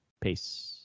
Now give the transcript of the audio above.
peace